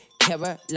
Caroline